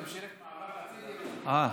ממשלת מעבר, אה,